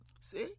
See